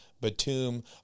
Batum